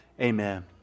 amen